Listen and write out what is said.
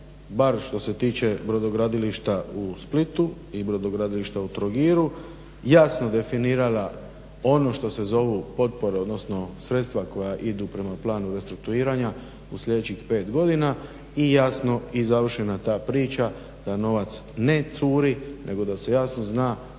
bar što se tiče brodogradilišta u Splitu i brodogradilišta u Trogiru jasno definirala ono što se zovu potpore, odnosno sredstva koja idu prema planu restrukturiranja u sljedećih pet godina i jasno i završena ta priča da novac ne curi nego da se jasno zna